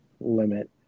limit